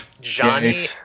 Johnny